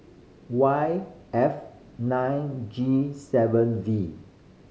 Y F nine G seven V